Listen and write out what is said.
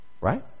right